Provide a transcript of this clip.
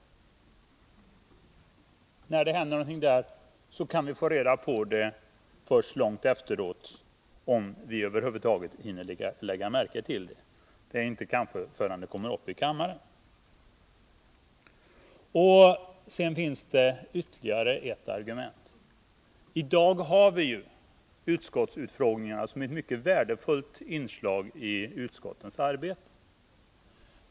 När det händer någonting där får vi reda på det först långt efteråt, om vi över 23 huvud taget hinner lägga märke till det innan ärendet kommer upp i kammaren. Sedan finns det ytterligare ett argument. I dag har vi utskottsutfrågningar som ett mycket värdefullt inslag i utskottens arbete.